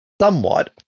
somewhat